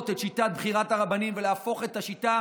את שיטת בחירת הרבנים ולהפוך את השיטה